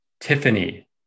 Tiffany